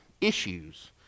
issues